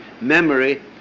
memory